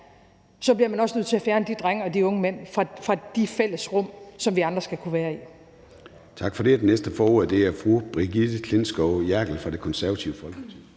så bliver man også nødt til at fjerne de drenge og unge mænd fra de fælles rum, som vi andre skal kunne være i.